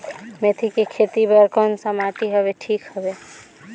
मेथी के खेती बार कोन सा माटी हवे ठीक हवे?